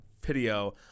video